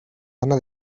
anna